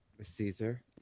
Caesar